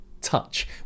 touch